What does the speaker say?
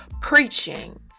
preaching